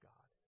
God